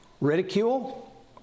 Ridicule